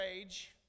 age